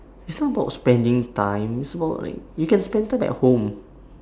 it's not about spending time it's about like you can spend time at home